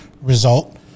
result